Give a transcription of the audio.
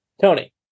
Tony